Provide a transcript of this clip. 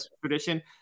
tradition